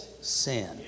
sin